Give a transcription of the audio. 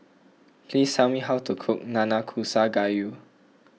please tell me how to cook Nanakusa Gayu